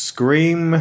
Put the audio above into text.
Scream